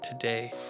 today